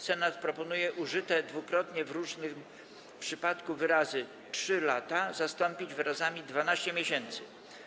Senat proponuje użyte dwukrotnie w różnym przypadku wyrazy „3 lata” zastąpić wyrazami „12 miesięcy”